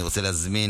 אני רוצה להזמין